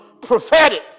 prophetic